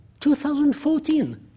2014